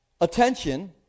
attention